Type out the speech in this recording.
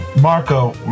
Marco